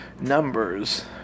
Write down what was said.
numbers